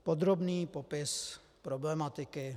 Podrobný popis problematiky.